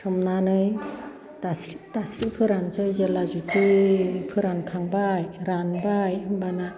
सोमनानै दास्रि दास्रि फोरानसै जेब्ला जुथि फोरान खांबाय रानबाय होनबाना